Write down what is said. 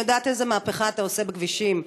אני יודעת איזו מהפכה אתה עושה בכבישים,